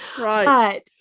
right